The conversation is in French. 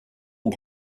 ont